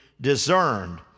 discerned